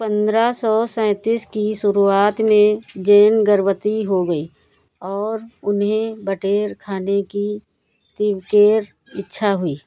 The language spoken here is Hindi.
पन्द्रह सौ सैँतीस की शुरुआत में जेन गर्भवती हो गई और उन्हें बटेर खाने की इच्छा हुई